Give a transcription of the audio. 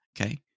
okay